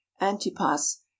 Antipas